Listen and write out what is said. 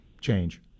change